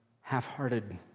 half-hearted